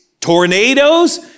tornadoes